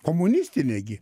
komunistinė gi